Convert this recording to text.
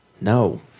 No